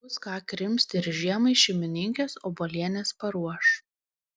bus ką krimsti ir žiemai šeimininkės obuolienės paruoš